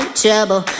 trouble